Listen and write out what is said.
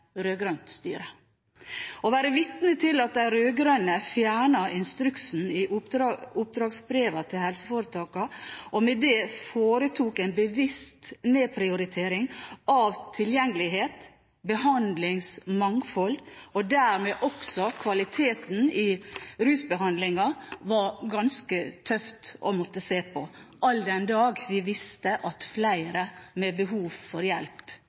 styre. Å være vitne til at de rød-grønne fjernet instruksen i oppdragsbrevene til helseforetakene og med det foretok en bevisst nedprioritering av tilgjengelighet, behandlingsmangfold og dermed også kvaliteten i rusbehandlingen, var ganske tøft, all den tid vi visste at flere med behov for hjelp